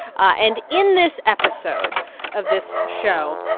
and in this episode of this show,